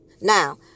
Now